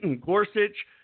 Gorsuch